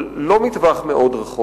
אבל לא מאוד מרחוק.